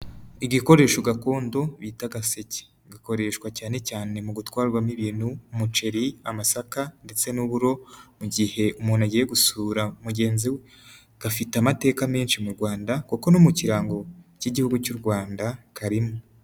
Igikoresho gakondo bita agaseke gakoreshwa cyane cyane mu gutwarwamo ibintu umuceri, amasaka ndetse n'uburo mu gihe umuntu agiye gusura mugenzi we, gafite amateka menshi mu Rwanda kuko no mu kirango cy'igihugu cy'u Rwanda karimo.